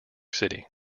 city